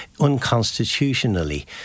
unconstitutionally